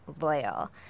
loyal